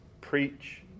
Preach